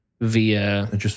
via